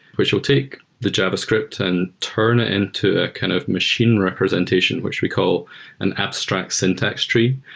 which will take the javascript and turn it into a kind of machine representation which we call an abstract syntax tree,